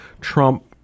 trump